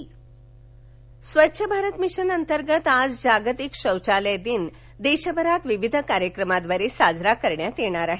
जागतिक शौचालय दिन स्वच्छ भारत मिशन अंतर्गत आज जागतिक शौचालय दिन देशभरात विविध कार्यक्रमांद्वारे साजरा करण्यात येणार आहे